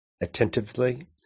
Attentively